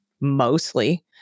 mostly